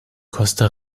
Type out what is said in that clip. costa